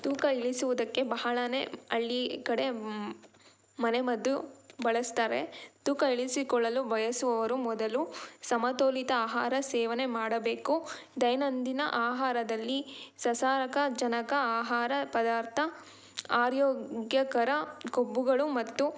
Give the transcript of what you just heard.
ತೂಕ ಇಳಿಸುದಕ್ಕೆ ಬಹಳನೇ ಹಳ್ಳಿ ಕಡೆ ಮನೆಮದ್ದು ಬಳಸ್ತಾರೆ ತೂಕ ಇಳಿಸಿಕೊಳ್ಳಲು ಬಯಸುವವರು ಮೊದಲು ಸಮತೋಲಿತ ಆಹಾರ ಸೇವನೆ ಮಾಡಬೇಕು ದೈನಂದಿನ ಆಹಾರದಲ್ಲಿ ಸಸಾರಜನಕ ಆಹಾರ ಪದಾರ್ಥ ಆರೋಗ್ಯಕರ ಕೊಬ್ಬುಗಳು ಮತ್ತು